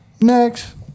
Next